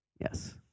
Yes